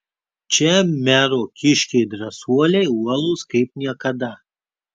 čia mero kiškiai drąsuoliai uolūs kaip niekada